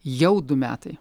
jau du metai